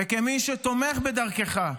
וכמי שתומך בדרכך,